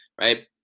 right